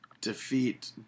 defeat